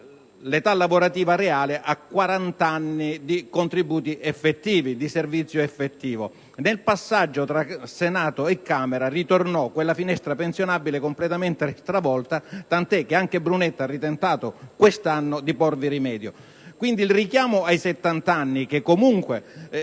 l'età lavorativa reale a 40 anni di contributi effettivi, di servizio effettivo. Nel passaggio tra Senato e Camera ritornò quella finestra pensionabile completamente stravolta, tant'è che anche il ministro Brunetta ha tentato quest'anno di porvi rimedio. Il richiamo ai 70 anni qui formulato,